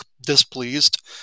displeased